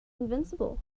invincible